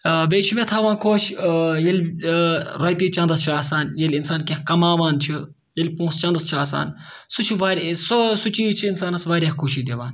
بیٚیہِ چھِ مےٚ تھاوان خۄش ییٚلہِ رۄپیہِ چَندَس چھِ آسان ییٚلہِ اِنسان کینٛہہ کماوان چھُ ییٚلہِ پونٛسہٕ چَندَس چھِ آسان سُہ چھِ واریاہ سُہ سُہ چیٖز چھِ اِنسانَس واریاہ خوشی دِوان